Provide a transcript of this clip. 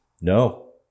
no